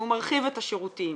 שהוא מרחיב את השירותים,